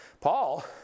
Paul